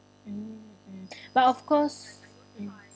mm mm but of course mm